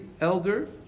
elder